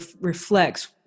reflects